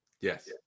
Yes